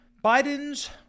Biden's